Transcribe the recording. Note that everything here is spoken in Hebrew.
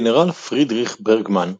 גנרל פרידריך ברגמן,